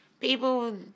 people